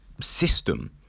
system